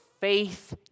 faith